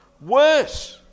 Worse